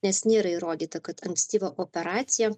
nes nėra įrodyta kad ankstyva operacija